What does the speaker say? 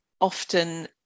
often